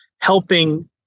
helping